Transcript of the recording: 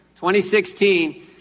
2016